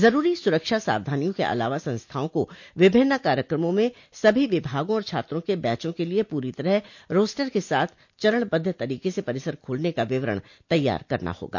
जरूरी सुरक्षा सावधानियों के अलावा संस्थाओं को विभिन्न कार्यक्रमों में सभी विभागों और छात्रों के बैचों के लिये पूरी तरह रोस्टर के साथ चरणबद्ध तरीके से परिसर खोलने का विवरण तैयार करना होगा